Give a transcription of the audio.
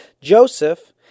Joseph